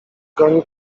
goni